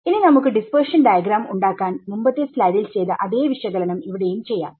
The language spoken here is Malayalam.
ഇനി നമുക്ക് ഡിസ്പെർഷൻ ഡയഗ്രാം ഉണ്ടാക്കാൻ മുമ്പത്തെ സ്ലൈഡിൽ ചെയ്ത അതേ വിശകലനം ഇവിടെയും ചെയ്യാം